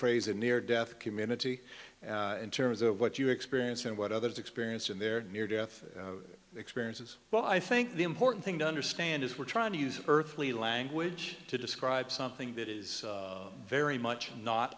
phrase a near death community in terms of what you experience and what others experience in their near death experiences well i think the important thing to understand is we're trying to use earthly language to describe something that is very much not